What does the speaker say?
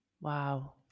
Wow